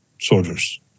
soldiers